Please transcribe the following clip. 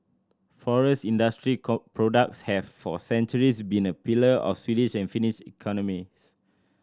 forest industry products have for centuries been a pillar of the Swedish and Finnish economies